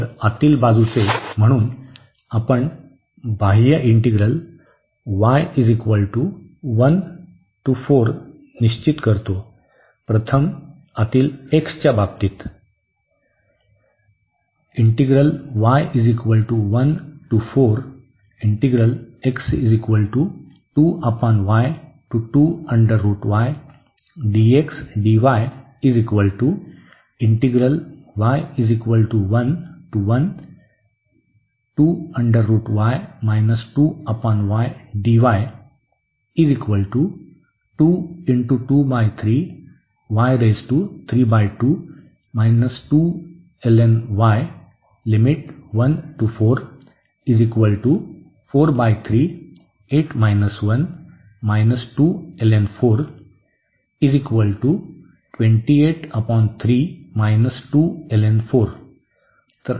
तर आतील बाजूचे म्हणून आपण बाह्य y 1 ते 4 निश्चित करतो प्रथम आतील x च्या बाबतीत